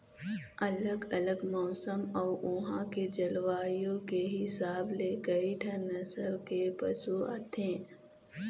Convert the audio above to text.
अलग अलग मउसन अउ उहां के जलवायु के हिसाब ले कइठन नसल के पशु आथे